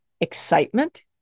excitement